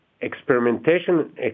experimentation